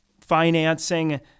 financing